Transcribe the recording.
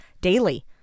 daily